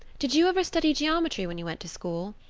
did you ever study geometry when you went to school?